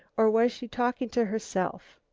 or was she talking to herself?